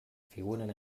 figuren